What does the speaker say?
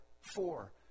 four